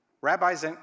Rabbis